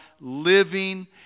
living